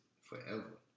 forever